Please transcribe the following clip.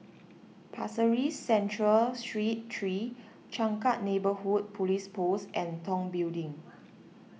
Pasir Ris Central Street three Changkat Neighbourhood Police Post and Tong Building